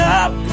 up